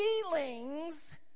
feelings